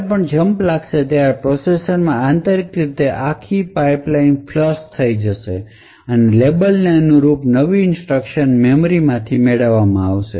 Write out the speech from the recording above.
જ્યારે પણ આ જંપલાગશે પ્રોસેસર માં આંતરિક રીતે આખી પાઇપલાઇન ફ્લશ થઈ જશે અને લેબલ ને અનુરૂપ નવી ઇન્સટ્રકશન મેમરી માંથી મેળવવામાં આવશે